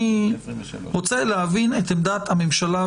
אני רוצה להבין את עמדת הממשלה,